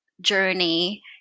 journey –